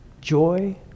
joy